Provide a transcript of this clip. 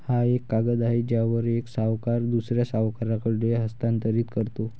हा एक कागद आहे ज्यावर एक सावकार दुसऱ्या सावकाराकडे हस्तांतरित करतो